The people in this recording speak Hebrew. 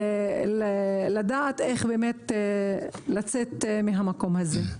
לדעת איך באמת לצאת מהמקום הזה.